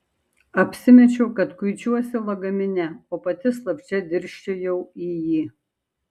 apsimečiau kad kuičiuosi lagamine o pati slapčia dirsčiojau į jį